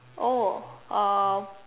oh um